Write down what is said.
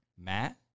Matt